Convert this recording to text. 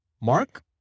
Mark